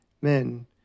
Men